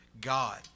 God